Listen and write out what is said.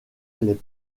les